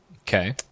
Okay